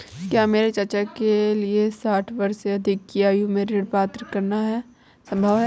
क्या मेरे चाचा के लिए साठ वर्ष से अधिक की आयु में ऋण प्राप्त करना संभव होगा?